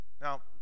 Now